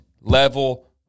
Level